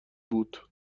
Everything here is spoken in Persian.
بود